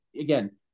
again